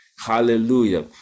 Hallelujah